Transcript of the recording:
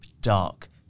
dark